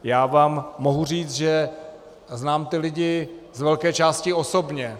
Já vám mohu říct, že znám ty lidi z velké části osobně.